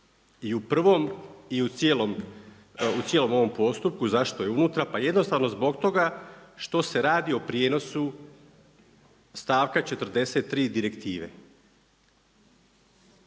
i u prvom i u cijelom ovom postupku, zašto je unutra? Pa jednostavno zbog toga što se radi o prijenosu stavka 43. direktive